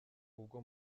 ubwo